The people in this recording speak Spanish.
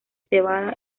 cebada